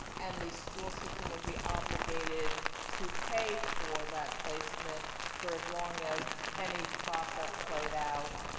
and the school system would be obligated to pay for that placement for as long as any process played out,